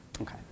Okay